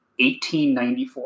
1894